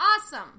Awesome